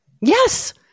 Yes